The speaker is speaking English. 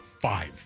five